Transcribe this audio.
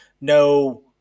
no